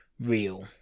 real